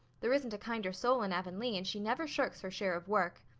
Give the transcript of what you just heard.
there isn't a kinder soul in avonlea and she never shirks her share of work.